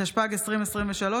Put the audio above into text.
התשפ"ג 2023,